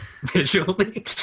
visually